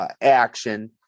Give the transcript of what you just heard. action